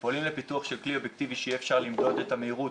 פועלים לפיתוח של כלי אובייקטיבי שיהיה אפשר למדוד את המהירות